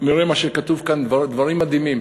נראה מה שכתוב כאן, דברים מדהימים.